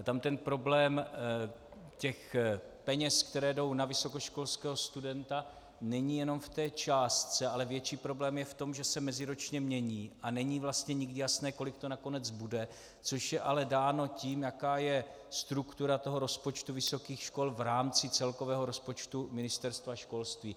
Tam ten problém peněz, které jdou na vysokoškolského studenta, není jenom v té částce, ale větší problém je v tom, že se meziročně mění a není vlastně nikdy jasné, kolik to nakonec bude, což je ale dáno tím, jaká je struktura rozpočtu vysokých škol v rámci celkového rozpočtu Ministerstva školství.